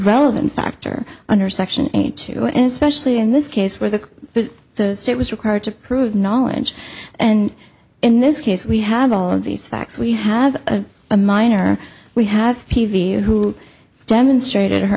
relevant factor under section eight two and especially in this case where the state was required to prove knowledge and in this case we have all of these facts we have a minor we have peavy who demonstrated her